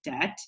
debt